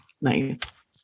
Nice